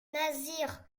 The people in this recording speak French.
nasir